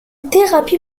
thérapie